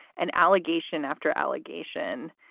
an allegation after allegation,